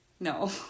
no